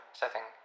setting